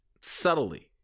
subtly